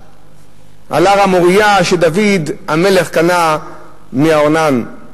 על הר-המוריה שדוד המלך קנה מארנן.